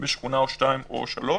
בשכונה או שתיים או שלוש.